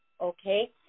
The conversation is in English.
okay